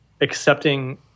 accepting